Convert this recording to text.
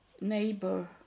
neighbor